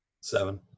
Seven